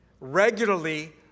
regularly